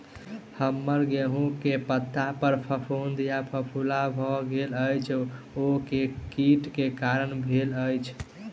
हम्मर गेंहूँ केँ पत्ता पर फफूंद आ फफोला भऽ गेल अछि, ओ केँ कीट केँ कारण भेल अछि?